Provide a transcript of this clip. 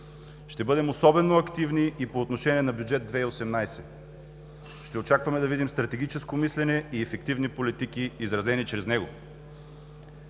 Ще бъдем особено активни и по отношение на Бюджет 2018, ще очакваме да видим стратегическо мислене и ефективни политики, изразени чрез него.